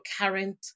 current